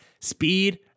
speed